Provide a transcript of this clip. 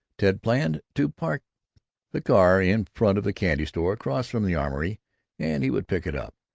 ted planned, to park the car in front of the candy-store across from the armory and he would pick it up.